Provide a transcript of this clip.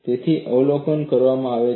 તેથી આ અવલોકન કરવામાં આવે છે